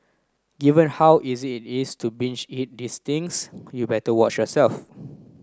given how easy it is to binge eat these things you better watch yourself